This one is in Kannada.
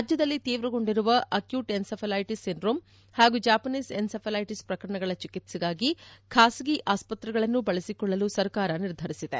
ರಾಜ್ಯದಲ್ಲಿ ತೀವ್ರಗೊಂಡಿರುವ ಅಕ್ಟೂಟ್ ಎನ್ಸೆಫಲೈಟಿಸ್ ಸಿಂಡ್ರೋಮ್ ಹಾಗೂ ಜಾಪನೀಸ್ ಎನ್ಸೆಫಲೈಟಿಸ್ ಪ್ರಕರಣಗಳ ಚಿಕಿತ್ಸೆಗಾಗಿ ಖಾಸಗಿ ಆಸ್ಪತ್ರೆಗಳನ್ನೂ ಬಳಸಿಕೊಳ್ಳಲು ಸರ್ಕಾರ ನಿರ್ಧರಿಸಿದೆ